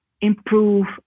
improve